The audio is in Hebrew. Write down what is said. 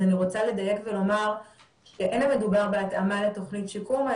אני רוצה לדייק ולומר שאין מדובר בהתאמה לתוכנית שיקום,